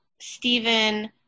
Stephen